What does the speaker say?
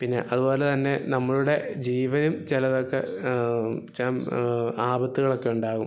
പിന്നെ അതുപോലെ തന്നെ നമ്മളുടെ ജീവനും ചിലതൊക്കെ ആപത്തുകളൊക്കെ ഉണ്ടാകും